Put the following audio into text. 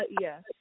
yes